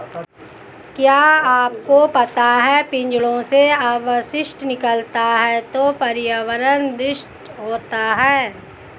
क्या आपको पता है पिंजरों से अपशिष्ट निकलता है तो पर्यावरण दूषित होता है?